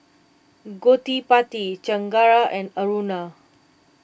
Gottipati Chengara and Aruna